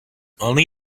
only